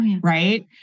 right